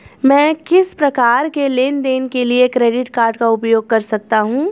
मैं किस प्रकार के लेनदेन के लिए क्रेडिट कार्ड का उपयोग कर सकता हूं?